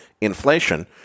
inflation